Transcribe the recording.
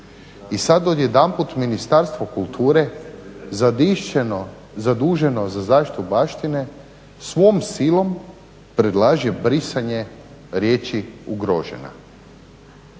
I sad odjedanput Ministarstvo kulture zaduženo za zaštitu baštine svom silom predlaže brisanje riječi ugrožena.